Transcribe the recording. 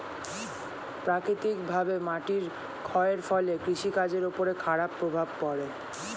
প্রাকৃতিকভাবে মাটির ক্ষয়ের ফলে কৃষি কাজের উপর খারাপ প্রভাব পড়ে